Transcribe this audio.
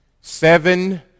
Seven